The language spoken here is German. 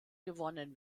gewonnen